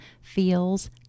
feels